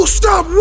stop